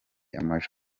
amajwi